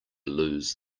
lose